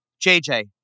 JJ